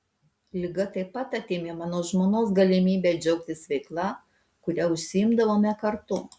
liga taip pat atėmė mano žmonos galimybę džiaugtis veikla kuria užsiimdavome kartu